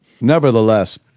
nevertheless